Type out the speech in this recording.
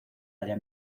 área